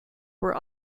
were